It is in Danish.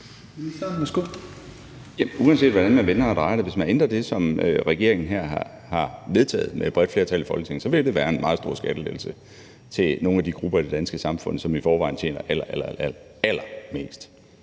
Uanset hvordan man vender og drejer det, vil det, hvis man ændrer det, som regeringen her har vedtaget med et bredt flertal i Folketinget, være en meget stor skattelettelse til nogle af de grupper i det danske samfund, som i forvejen tjener allerallermest.